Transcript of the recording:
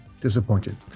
disappointed